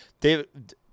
David